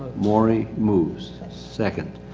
maurie moves. second.